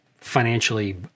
financially